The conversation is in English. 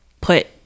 put